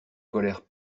colère